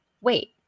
wait